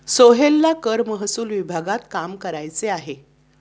सोहेलला कर महसूल विभागात काम करायचे आहे